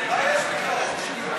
מה יש לך עוד?